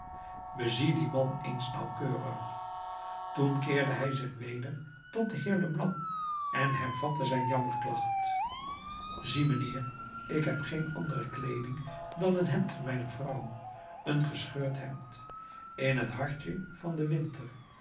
bezie dien man eens nauwkeurig toen keerde hij zich weder tot den heer leblanc en hervatte zijn jammerklacht zie mijnheer ik heb geen andere kleeding dan een hemd mijner vrouw een gescheurd hemd in t hartje van den winter